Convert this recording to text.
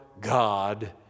God